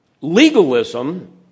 legalism